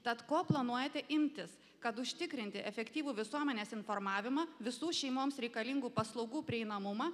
tad ko planuojate imtis kad užtikrinti efektyvų visuomenės informavimą visų šeimoms reikalingų paslaugų prieinamumą